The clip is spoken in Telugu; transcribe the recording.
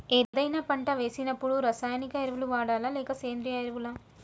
ఏదైనా పంట వేసినప్పుడు రసాయనిక ఎరువులు వాడాలా? లేక సేంద్రీయ ఎరవులా?